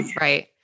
right